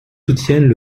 soutiennent